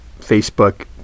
Facebook